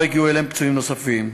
לא הגיעו אליהם פצועים נוספים.